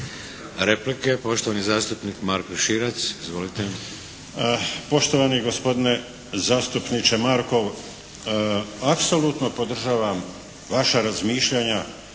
Replike, poštovani zastupnik Marko Širac. Izvolite. **Širac, Marko (HDZ)** Poštovani gospodine zastupniče Markov, apsolutno podržavam vaša razmišljanja